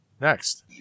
Next